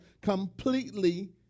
completely